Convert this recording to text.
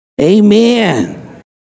Amen